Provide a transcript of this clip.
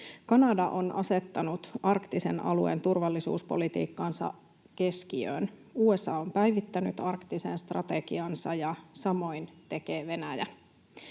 Kanada on asettanut arktisen alueen turvallisuuspolitiikkansa keskiöön. USA on päivittänyt arktisen strategiansa, ja samoin tekee Venäjä.